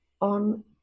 on